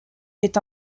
est